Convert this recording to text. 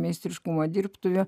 meistriškumo dirbtuvių